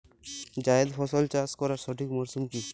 জায়েদ ফসল চাষ করার সঠিক মরশুম কি?